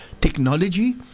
technology